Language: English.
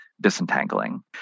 disentangling